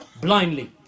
blindly